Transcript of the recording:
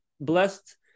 blessed